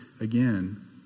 again